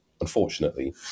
Unfortunately